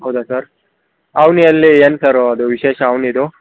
ಹೌದಾ ಸರ್ ಅವನಿಯಲ್ಲಿ ಏನು ಸರು ಅದು ವಿಶೇಷ ಅವನಿದು